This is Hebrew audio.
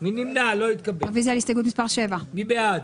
ההסתייגות לא נתקבלה ההסתייגות לא התקבלה.